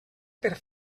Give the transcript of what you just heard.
per